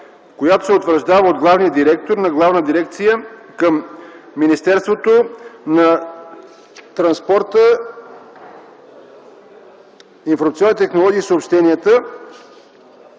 която се утвърждава от главния директор на Главна дирекция към Министерството на транспорта, информационните технологии и съобщенията,